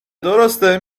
درسته